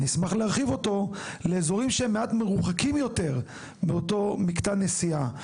אני אשמח להרחיב אותו לאזורים שהם מעט מרוחקים יותר מאותו מקטע נסיעה,